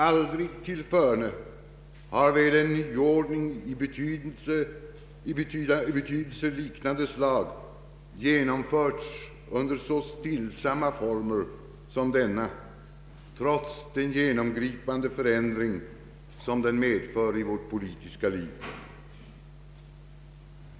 Aldrig tillförne har väl en nyordning av i betydelse liknande slag genomförts under så stillsamma former som denna, trots den genomgripande förändring som den medför i vårt politiska liv.